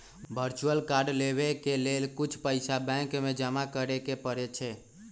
virtual card लेबेय के लेल कुछ पइसा बैंक में जमा करेके परै छै